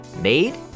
made